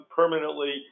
permanently